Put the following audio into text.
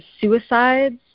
suicides